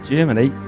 Germany